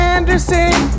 Anderson